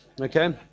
Okay